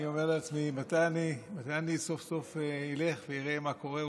אני אומר לעצמי: מתי אני סוף-סוף אלך ואראה מה קורה?